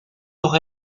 toch